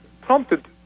prompted